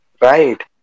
Right